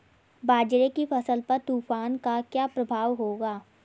बाजरे की फसल पर तूफान का क्या प्रभाव होगा?